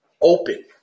open